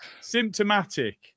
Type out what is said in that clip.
symptomatic